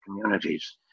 communities